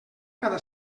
cada